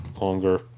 longer